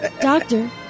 Doctor